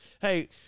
Hey